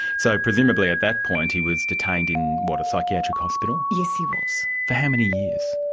so, presumably at that point he was detained in, what, a psychiatric hospital? yes, he was. for how many years?